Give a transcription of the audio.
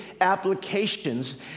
applications